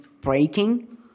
breaking